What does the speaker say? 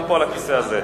גם פה, על הכיסא הזה.